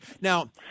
Now